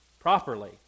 properly